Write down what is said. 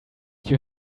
you